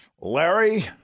Larry